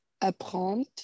apprendre